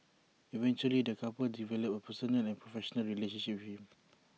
eventually the couple developed A personal and professional relationship with him